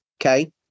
Okay